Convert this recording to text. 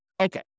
Okay